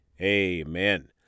amen